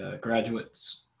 Graduates